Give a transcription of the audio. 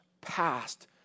past